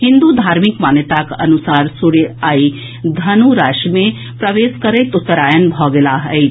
हिन्दू धार्मिक मान्यताक अनुसार सूर्य आइ धनु राशि मे प्रवेश करैत उत्तरायण भऽ गेलाह अछि